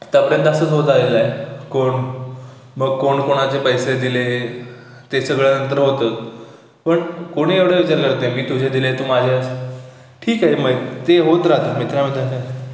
आता पर्यंत असंच होत आलेलं आहे कोण मग कोण कोणाचे पैसे दिले ते सगळं नंतर होतं पण कोणी एवढे विचार करते मी तुझे दिले तू माझ्यास ठीक आहे मग ते होत राहते मित्रा मित्र